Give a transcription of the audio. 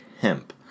Hemp